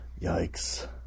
Yikes